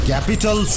Capital